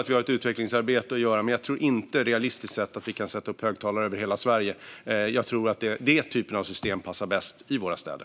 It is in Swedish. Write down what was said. Vi har ett utvecklingsarbete att göra, men jag tror inte att det är realistiskt att vi ska sätta upp högtalare över hela Sverige. Ett sådant system passar bäst i städer.